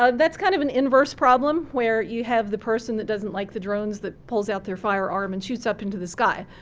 that's kind of an inverse problem where you have the person that doesn't like the drones that pulls out their firearm and shoots up into the sky.